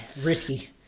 risky